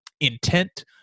intent